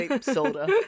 Soda